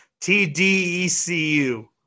T-D-E-C-U